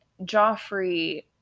Joffrey